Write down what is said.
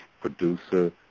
producer